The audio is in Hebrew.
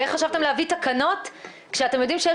ואיך חשבתם להביא תקנות כשאתם יודעים שיש